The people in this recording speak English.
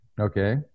Okay